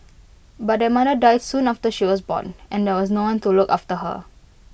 but their mother died soon after she was born and there was no one to look after her